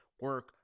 Work